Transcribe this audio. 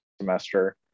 semester